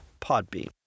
Podbean